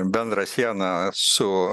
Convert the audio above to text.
bendrą sieną su